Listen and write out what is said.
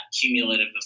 cumulative